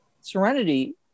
Serenity